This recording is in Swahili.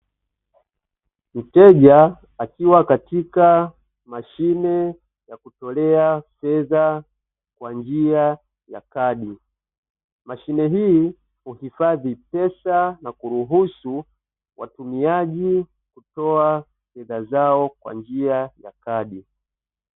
Mteja akiwa katika mashine ya kutolea fedha kwa njia ya kadi, mashine hii uhifadhi fedha na kuruhusu watumiaji kutoa fedha zao kwa njia ya kadi.